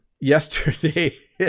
yesterday